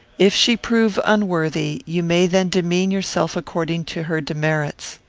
if she prove unworthy, you may then demean yourself according to her demerits.